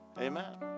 amen